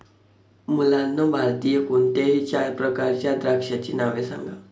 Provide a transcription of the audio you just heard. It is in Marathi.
मुलांनो भारतातील कोणत्याही चार प्रकारच्या द्राक्षांची नावे सांगा